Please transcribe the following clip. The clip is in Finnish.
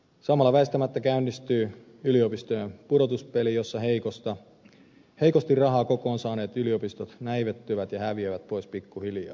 samalla väistämättä käynnistyy yliopistojen pudotuspeli jossa heikosti rahaa kokoon saaneet yliopistot näivettyvät ja häviävät pois pikkuhiljaa